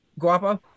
Guapa